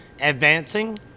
advancing